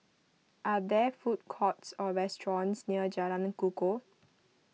are there food courts or restaurants near Jalan Kukoh